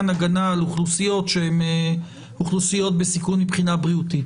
הגנה על אוכלוסיות שהן אוכלוסיות בסיכון מבחינה בריאותית.